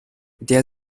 der